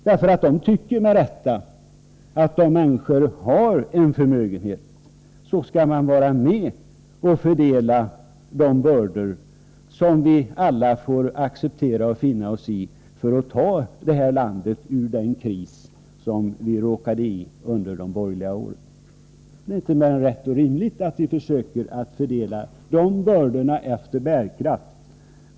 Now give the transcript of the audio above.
De tycker nämligen med rätta att de människor som har en förmögenhet skall vara med och dela de bördor som vi alla får acceptera och finna oss i för att ta det här landet ur den kris som det råkade hamna i under de borgerliga åren. Det är inte mer än rätt och rimligt att vi försöker bära dessa bördor efter förmåga.